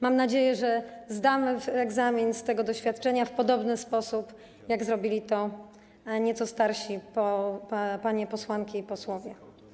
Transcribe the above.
Mam nadzieję, że zdamy egzamin z tego doświadczenia w podobny sposób, jak zrobili to nieco starsi państwo posłowie.